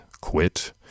quit